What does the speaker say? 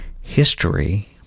History